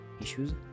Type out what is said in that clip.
issues